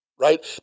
right